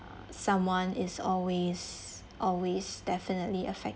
someone is always always definitely affected